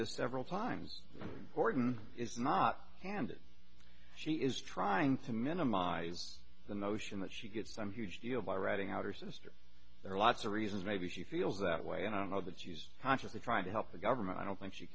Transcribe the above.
this several times horton is not and she is trying to minimize the notion that she gets some huge deal by ratting out her sister there are lots of reasons maybe she feels that way and i don't know that she's consciously trying to help the government i don't think she